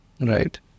right